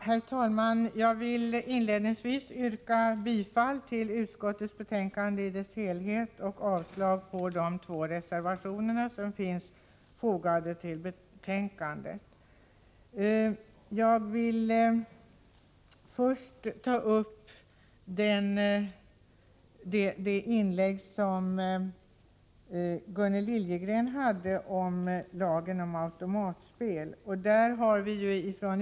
Herr talman! Jag vill inledningsvis yrka bifall till utskottets hemställan i dess helhet och avslag på de två reservationer som är fogade till betänkandet. Jag vill först ta upp det inlägg Gunnel Liljegren gjorde om lagen om automatspel.